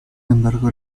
embargo